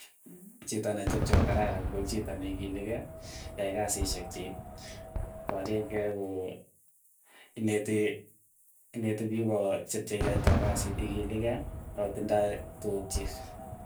Chito netepche kokararan ko chito neikilikei, yae kasishek chiik. paryen kei koo, ineti ineti piik ko chit chekiatai kasit, ikilikei akotindoi tukuk chiik.